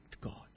God